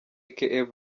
brother